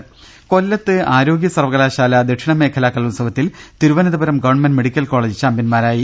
രുട്ടിട്ട്ട്ട്ട്ട്ട കൊല്ലത്ത് ആരോഗ്യസർവകലാശാല ദക്ഷിണമേഖലാ കലോത്സവ ത്തിൽ തിരുവനന്തപുരം ഗവൺമെന്റ് മെഡിക്കൽ കോളജ് ചാമ്പ്യൻമാരാ യി